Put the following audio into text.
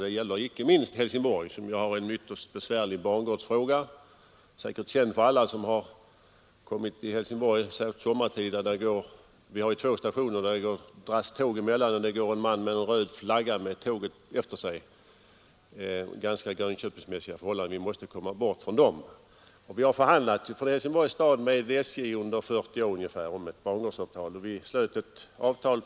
Detta gäller inte minst Helsingborg, som har en ytterst besvärlig bangårdsfråga, säkerligen känd för alla som kommit till Helsingborg sommartid. Vi har två stationer mellan vilka tåg dras, och det går en man med en röd flagga med tåget efter sig — ganska grönköpingsmässiga förhållanden som vi måste komma bort från. Vi har för Helsingborgs stad under ungefär 40 år förhandlat med SJ om ett bangårdsavtal.